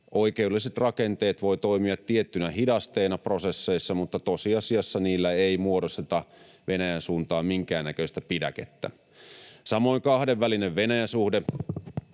Oikeudelliset rakenteet voivat toimia tiettynä hidasteena prosesseissa, mutta tosiasiassa niillä ei muodosteta Venäjän suuntaan minkäännäköistä pidäkettä. Samoin kahdenvälinen Venäjä-suhde